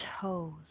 toes